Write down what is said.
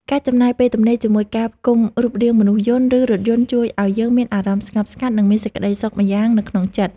ការចំណាយពេលទំនេរជាមួយការផ្គុំរូបរាងមនុស្សយន្ត ឬរថយន្តជួយឱ្យយើងមានអារម្មណ៍ស្ងប់ស្ងាត់ និងមានសេចក្ដីសុខម្យ៉ាងនៅក្នុងចិត្ត។